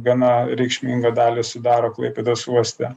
gana reikšmingą dalį sudaro klaipėdos uoste